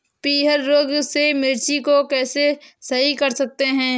पीहर रोग से मिर्ची को कैसे सही कर सकते हैं?